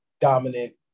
dominant